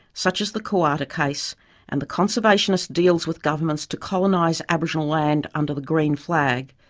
such as the koowarta case and the conservationist deals with governments to colonise aboriginal land under the green flag,